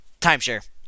timeshare